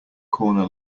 corner